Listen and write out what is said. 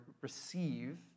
receive